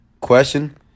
question